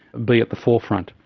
be at the forefront.